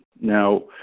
Now